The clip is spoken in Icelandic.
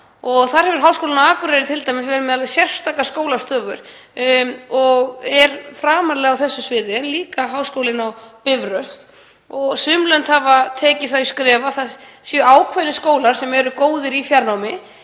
T.d. hefur Háskólinn á Akureyri verið með alveg sérstakar skólastofur og er framarlega á þessu sviði, en líka Háskólinn á Bifröst. Sum lönd hafa tekið þau skref að það séu ákveðnir skólar sem eru góðir í fjarnámi,